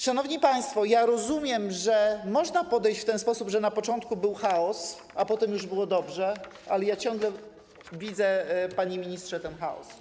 Szanowni państwo, rozumiem, że można podejść do tego w ten sposób, że na początku był chaos, a potem już było dobrze, ale ja ciągle widzę, panie ministrze, ten chaos.